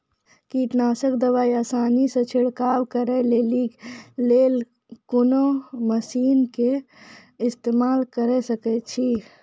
कीटनासक दवाई आसानीसॅ छिड़काव करै लेली लेल कून मसीनऽक इस्तेमाल के सकै छी?